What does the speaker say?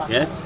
Yes